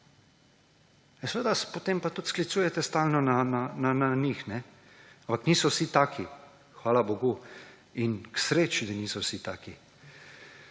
seveda, potem se pa tudi sklicujete stalno na njih. Ampak niso vsi taki, hvala bogu, in k sreči, da niso vsi taki.